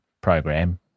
program